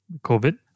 COVID